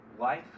Life